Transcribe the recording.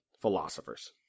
philosophers